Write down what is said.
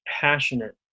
passionate